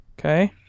Okay